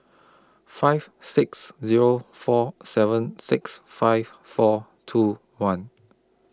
five six Zero four seven six five four two one